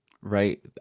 Right